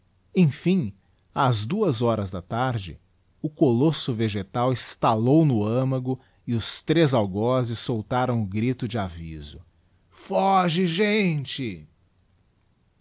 emfim ás duas horas da tarde o colosso vegetal estalou no âmago e os três algozes soítaram o grito de aviso foge nte